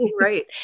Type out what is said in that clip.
Right